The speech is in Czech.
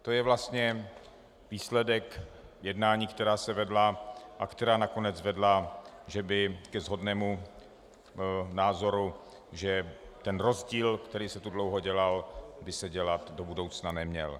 To je vlastně výsledek jednání, která se vedla a která nakonec vedla ke shodnému názoru, že rozdíl, který se tu dlouho dělal, by se dělat do budoucna neměl.